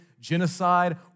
genocide